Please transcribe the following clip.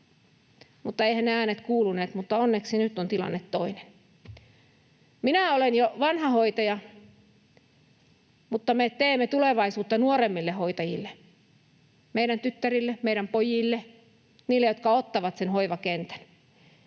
Mutta eiväthän ne äänet kuuluneet, mutta onneksi nyt on tilanne toinen. Minä olen jo vanha hoitaja, mutta me teemme tulevaisuutta nuoremmille hoitajille: meidän tyttärille, meidän pojille, niille, jotka ottavat sen hoivakentän.